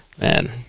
Man